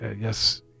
Yes